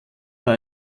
war